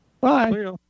Bye